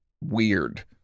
weird